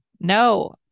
No